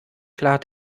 klar